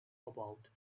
about